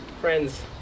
Friends